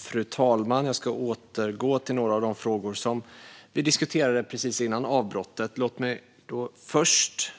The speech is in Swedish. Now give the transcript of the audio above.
Fru talman! Jag ska återgå till några av de frågor vi diskuterade precis före avbrottet. Låt mig först